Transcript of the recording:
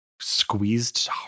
squeezed